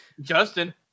Justin